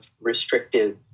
restrictive